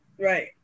Right